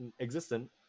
existent